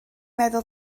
meddwl